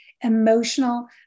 emotional